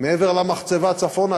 מעבר למחצבה צפונה,